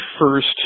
first